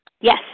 Yes